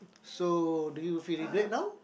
so do you feel regret now